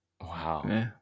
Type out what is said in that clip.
Wow